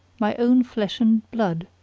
my own flesh and blood,